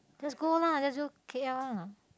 just go lah just go K_L lah